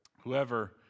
Whoever